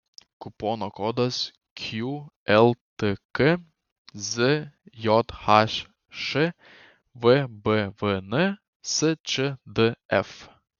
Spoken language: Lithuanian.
kupono kodas qltk zjhš vbvn sčdf